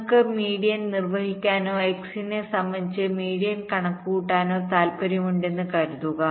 നമുക്ക് മീഡിയൻ നിർവ്വഹിക്കാനോ x നെ സംബന്ധിച്ച് മീഡിയൻ കണക്കുകൂട്ടാനോ താൽപ്പര്യമുണ്ടെന്ന് കരുതുക